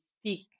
speak